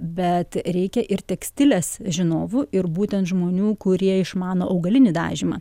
bet reikia ir tekstilės žinovų ir būtent žmonių kurie išmano augalinį dažymą